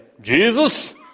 Jesus